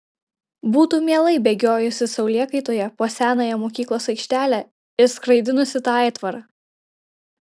būtų mielai bėgiojusi saulėkaitoje po senąją mokyklos aikštelę ir skraidinusi tą aitvarą